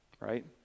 right